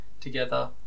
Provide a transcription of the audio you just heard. together